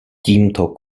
tímto